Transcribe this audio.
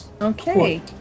Okay